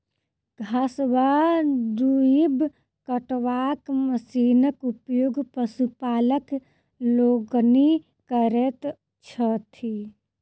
घास वा दूइब कटबाक मशीनक उपयोग पशुपालक लोकनि करैत छथि